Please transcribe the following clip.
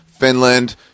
Finland